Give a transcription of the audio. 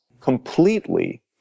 completely